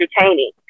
entertaining